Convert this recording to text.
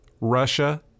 Russia